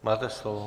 Máte slovo.